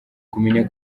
kumenya